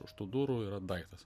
už tų durų yra daiktas